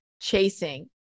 chasing